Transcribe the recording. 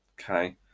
Okay